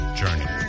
journey